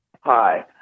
Hi